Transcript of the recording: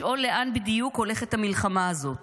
לשאול לאן בדיוק הולכת המלחמה הזאת,